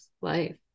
life